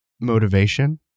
motivation